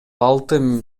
алты